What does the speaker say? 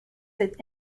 with